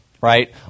right